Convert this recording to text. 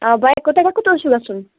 آ بَیا کوٚت تۅہہِ کوٚت حظ چھُ گَژھُن